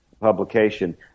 publication